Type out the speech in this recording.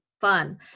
fun